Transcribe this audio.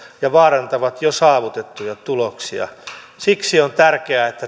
ja vaarantavat jo saavutettuja tuloksia siksi on tärkeää että